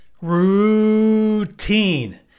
Routine